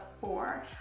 four